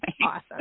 awesome